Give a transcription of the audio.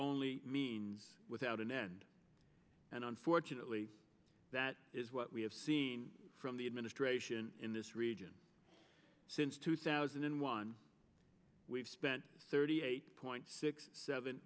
only means without an end and unfortunately that is what we have seen from the administration in this region since two thousand and one we've spent thirty eight point six seven